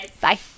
Bye